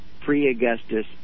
pre-Augustus